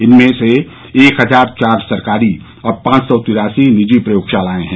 इनमें से एक हजार चार सरकारी और पांच सौ तिरासी निजी प्रयोगशालाएं हैं